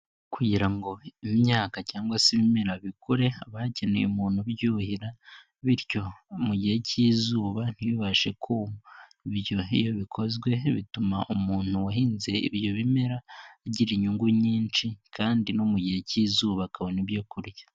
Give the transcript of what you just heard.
Kugira ngo imyaka cyangwa se ibimera bikure haba hakeneye umuntu ubyuhira, bityo mu gihe cy'izuba ntibibashe kuma, ibyo iyo bikozwe bituma umuntu wahinze ibyo bimera agira inyungu nyinshi kandi no mu gihe cy'izuba akabona ibyorya.